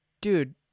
Dude